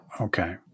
Okay